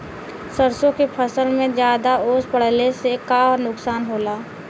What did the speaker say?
सरसों के फसल मे ज्यादा ओस पड़ले से का नुकसान होला?